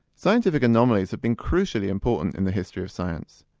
scientific anomalies have been crucially important in the history of science.